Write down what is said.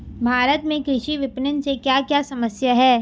भारत में कृषि विपणन से क्या क्या समस्या हैं?